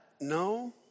no